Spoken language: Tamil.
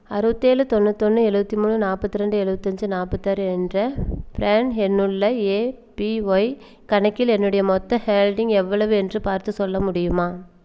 அறுபத்தேழு தொண்ணூத்தொன்று எழுபத்தி மூணு நாற்பத்ரெண்டு ஏழுபத்தஞ்சு நாற்பத்தாறு என்ற ப்ரான் எண்ணுள்ள ஏபிஒய் கணக்கில் என்னுடைய மொத்த ஹல்டிங் எவ்வளவு என்று பார்த்துச் சொல்ல முடியுமா